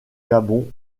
gabon